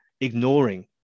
ignoring